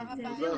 תודה רבה.